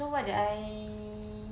so what did I